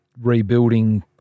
rebuilding